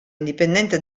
indipendente